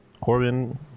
corbin